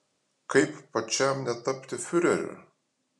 kaip pačiam netapti fiureriu